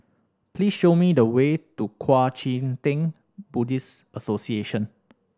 please show me the way to Kuang Chee Tng Buddhist Association